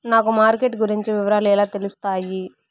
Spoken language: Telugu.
నాకు మార్కెట్ గురించి వివరాలు ఎలా తెలుస్తాయి?